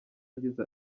yagize